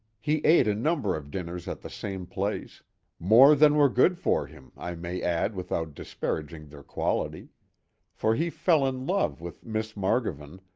he ate a number of dinners at the same place more than were good for him, i may add without disparaging their quality for he fell in love with miss margovan,